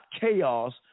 chaos